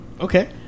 Okay